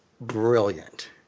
brilliant